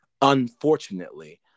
Unfortunately